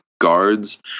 guards